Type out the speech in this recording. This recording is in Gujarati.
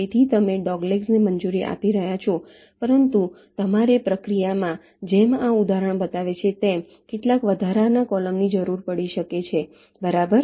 તેથી તમે ડોગલેગ્સને મંજૂરી આપી રહ્યા છો પરંતુ તમારે પ્રક્રિયામાં જેમ આ ઉદાહરણ બતાવે છે તેમ કેટલાક વધારાના કૉલમની જરૂર પડી શકે છે બરાબર